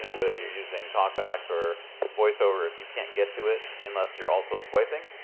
yeah whether you're using talkback or voiceover, if you can't get to it unless you're also swiping,